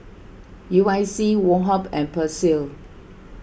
U I C Woh Hup and Persil